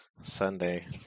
Sunday